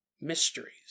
mysteries